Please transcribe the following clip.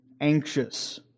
anxious